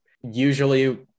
usually